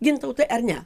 gintautai ar ne